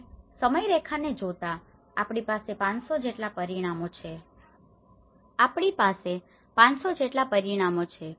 અને સમયરેખાને જોતા આપણી પાસે 500 જેટલા પરિણામો છે